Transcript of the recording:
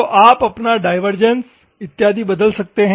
तो आप अपना डाइवर्जेंस इत्यादि बदल सकते हैं